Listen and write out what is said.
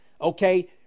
Okay